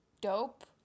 dope